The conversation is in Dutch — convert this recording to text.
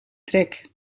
trek